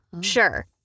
sure